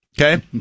Okay